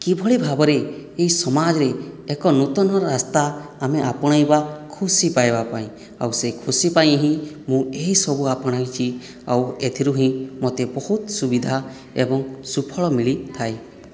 କିଭଳି ଭାବରେ ଏହି ସମାଜରେ ଏକ ନୂତନ ରାସ୍ତା ଆମେ ଆପଣାଇବା ଖୁସି ପାଇବା ପାଇଁ ଆଉ ସେ ଖୁସି ପାଇଁ ହିଁ ମୁଁ ଏହିସବୁ ଆପଣାଇଛି ଆଉ ଏଥିରୁ ହିଁ ମୋତେ ବହୁତ ସୁବିଧା ଏବଂ ସୁଫଳ ମିଳିଥାଏ